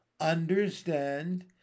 understand